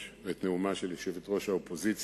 ואת נאומה של יושבת-ראש האופוזיציה,